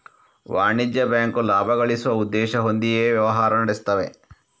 ವಾಣಿಜ್ಯ ಬ್ಯಾಂಕು ಲಾಭ ಗಳಿಸುವ ಉದ್ದೇಶ ಹೊಂದಿಯೇ ವ್ಯವಹಾರ ನಡೆಸ್ತವೆ